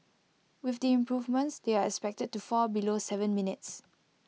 with the improvements they are expected to fall below Seven minutes